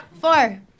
four